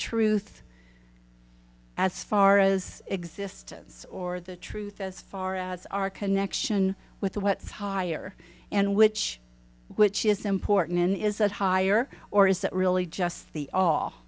truth as far as existence or the truth as far as our connection with what's higher and which which is important in is that higher or is that really just the all